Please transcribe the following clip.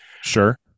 Sure